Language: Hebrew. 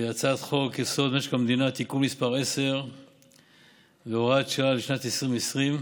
הצעת חוק-יסוד: משק המדינה (תיקון מס' 10 והוראת שעה לשנת 2020)